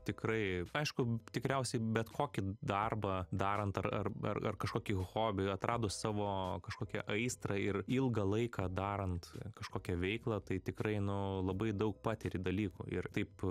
tikrai aišku tikriausiai bet kokį darbą darant ar ar ar ar kažkokį hobį atradus savo kažkokią aistrą ir ilgą laiką darant kažkokią veiklą tai tikrai nu labai daug patiri dalykų ir taip